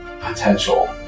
potential